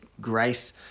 grace